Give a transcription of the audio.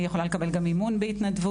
יכולה לקבל גם אימון בהתנדבות,